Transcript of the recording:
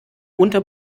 unter